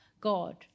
God